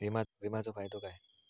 विमाचो फायदो काय?